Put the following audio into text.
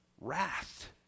wrath